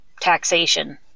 taxation